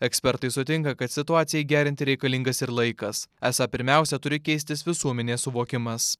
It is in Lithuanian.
ekspertai sutinka kad situacijai gerinti reikalingas ir laikas esą pirmiausia turi keistis visuomenės suvokimas